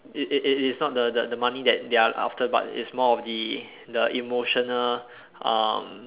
it it it is not the the the money that they are after but it's more of the the emotional um